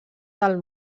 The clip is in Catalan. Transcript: del